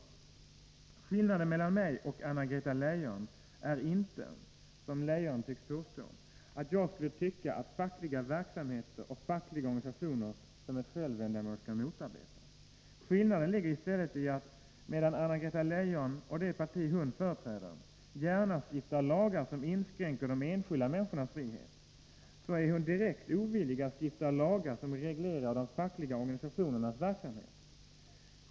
Skillnaden mellan mig och Anna-Greta Leijon är inte — som Anna-Greta Leijon tycks påstå — att jag skulle tycka att fackliga verksamheter och fackliga organisationer som ett självändamål skall motarbetas. Skillnaden ligger i stället i, att medan Anna-Greta Leijon och det parti hon företräder gärna stiftar lagar som inskränker de enskilda människornas frihet, är hon direkt ovillig att stifta lagar som reglerar de fackliga organisationernas verksamhet.